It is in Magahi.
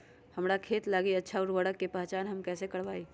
हमार खेत लागी अच्छा उर्वरक के पहचान हम कैसे करवाई?